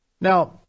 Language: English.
Now